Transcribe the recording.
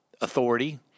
authority